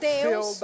Deus